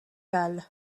gall